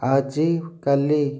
ଆଜି କାଲି